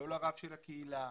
לא לרב של הקהילה,